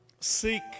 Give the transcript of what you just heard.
seek